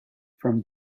from